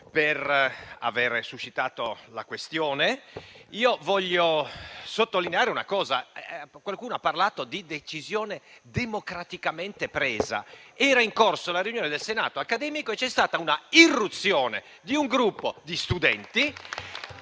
per avere sollevato la questione. Voglio sottolineare una cosa. Qualcuno ha parlato di decisione democraticamente presa: era in corso una riunione del Senato accademico, ma l'irruzione di un gruppo di studenti